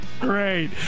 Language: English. Great